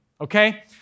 okay